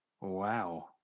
Wow